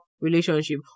relationship